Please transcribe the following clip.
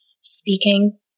speaking